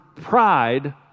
pride